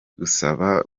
gusaba